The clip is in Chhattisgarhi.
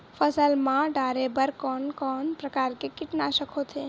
फसल मा डारेबर कोन कौन प्रकार के कीटनाशक होथे?